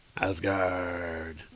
Asgard